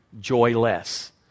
joyless